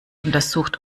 untersucht